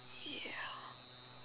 ya